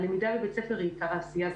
הלמידה בבית הספר היא עיקר העשייה,